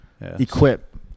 Equip